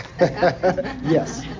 Yes